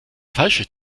falsche